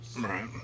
Right